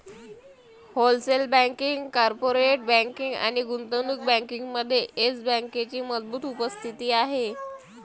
wholesale banking, corporate banking आणि गुंतवणूक बँकिंगमध्ये येस बँकेची मजबूत उपस्थिती आहे